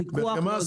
הפיקוח לא עוזר.